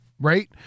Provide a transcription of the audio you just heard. Right